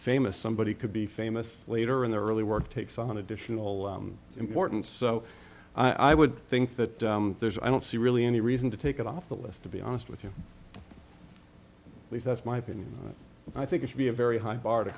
somebody could be famous later in the early work takes on additional important so i would think that there's i don't see really any reason to take it off the list to be honest with you that's my opinion i think it should be a very high bar to